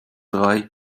drei